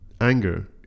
Anger